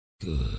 Good